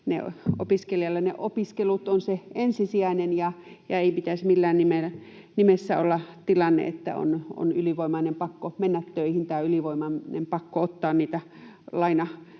opiskelijalle ne opiskelut ovat ensisijaisia ja ei pitäisi missään nimessä olla tilanne, että on ylivoimainen pakko mennä töihin tai ylivoimainen pakko ottaa niitä lainoja